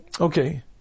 okay